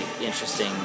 interesting